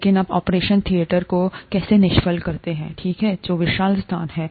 लेकिन आप ऑपरेशन थिएटरों को कैसे निष्फल करते हैं ठीक है जो विशाल स्थान हैं